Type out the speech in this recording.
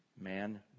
man